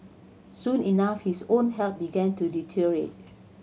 soon enough his own health began to deteriorate